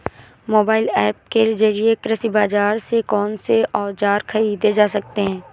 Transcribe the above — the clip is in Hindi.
मोबाइल ऐप के जरिए कृषि बाजार से कौन से औजार ख़रीदे जा सकते हैं?